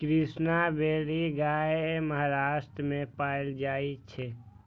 Krishna valley गाय महाराष्ट्र मे पाएल जाइ छै